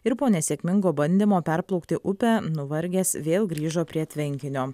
ir po nesėkmingo bandymo perplaukti upę nuvargęs vėl grįžo prie tvenkinio